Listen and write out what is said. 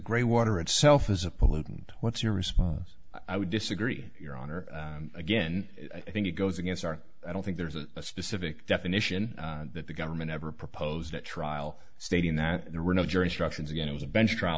grey water itself is a pollutant what's your response i would disagree your honor again i think it goes against our i don't think there's a specific definition that the government ever proposed at trial stating that there were no jury instructions again it was a bench tr